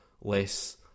less